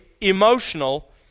emotional